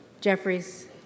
Jeffries